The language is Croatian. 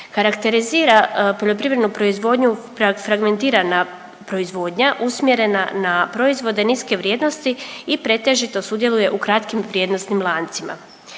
Karakterizira poljoprivrednu proizvodnju fragmentirana proizvodnja usmjerena na proizvode niske vrijednosti i pretežito sudjeluje u kratkim vrijednosnim lancima.